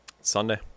Sunday